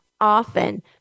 often